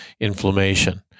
inflammation